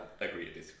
agree